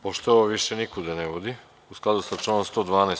Pošto ovo više nikuda ne vodi, u skladu sa članom 112.